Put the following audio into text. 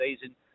season